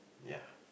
ya